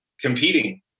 competing